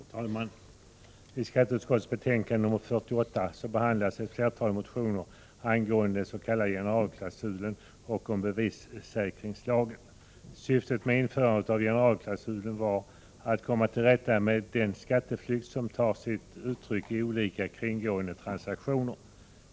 Herr talman! I skatteutskottets betänkande 48 behandlas ett flertal motioner angående den s.k. generalklausulen och bevissäkringslagen. Syftet med införandet av generalklausulen var att komma till rätta med den skatteflykt som tar sig uttryck i olika kringgående transaktioner.